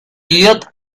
idiota